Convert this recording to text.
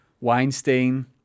Weinstein